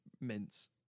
mince